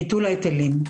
ביטול ההיטלים.